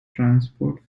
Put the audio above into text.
transport